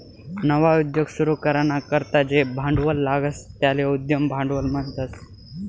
नवा उद्योग सुरू कराना करता जे भांडवल लागस त्याले उद्यम भांडवल म्हणतस